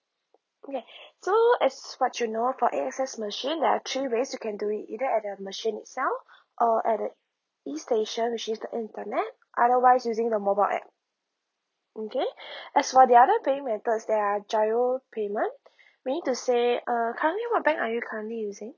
okay so as for you know for A_X_S machine there are three ways you can do it either at the machine itself or at the e station which is the internet otherwise using the mobile app mm K as for the other payment methods there are GIRO payment meaning to say uh currently what bank are you currently using